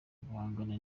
guhangana